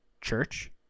church